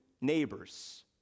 Neighbors